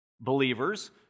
believers